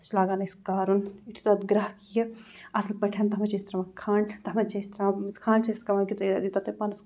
سُہ چھِ لاگان أسۍ کارُن یُتھُے تَتھ گرٛٮ۪کھ ییہِ اَصٕل پٲٹھۍ تَتھ منٛز چھِ أسۍ ترٛاوان کھَنٛڈ تَتھ منٛز چھِ أسۍ ترٛاوان یُس کھَنٛڈ چھِ أسۍ ترٛاوان تیوٗتاہ یوٗتاہ تۄہہِ پانَس